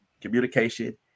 communication